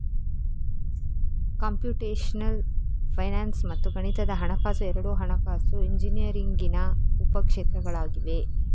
computational finance ಮತ್ತು ಗಣಿತದ ಹಣಕಾಸು ಎರಡೂ ಹಣಕಾಸು ಇಂಜಿನಿಯರಿಂಗಿನ ಉಪ ಕ್ಷೇತ್ರಗಳಾಗಿವೆ